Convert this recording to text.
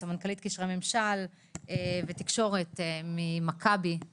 סמנכ"לית ממשל ותקשורת במכבי שירותי בריאות,